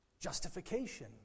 Justification